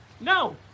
No